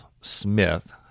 smith